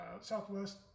southwest